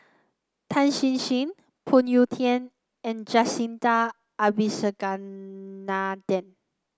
Tan Chin Chin Phoon Yew Tien and Jacintha Abisheganaden